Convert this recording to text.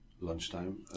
lunchtime